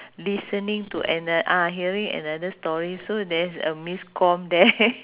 listening to ano~ ah hearing another story so there's a miscom there